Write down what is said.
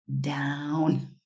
down